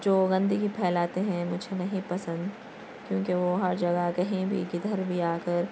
جو گندگی پھیلاتے ہیں مجھے نہیں پسند کیونکہ وہ ہر جگہ کہیں بھی کدھر بھی آ کر